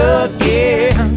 again